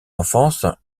enfance